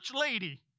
lady